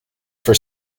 for